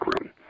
room